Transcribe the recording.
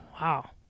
Wow